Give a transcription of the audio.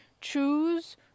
choose